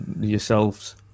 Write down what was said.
yourselves